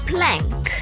Plank